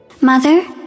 Mother